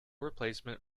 replacement